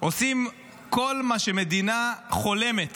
עושים כל מה שמדינה חולמת